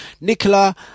Nicola